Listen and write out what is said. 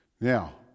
Now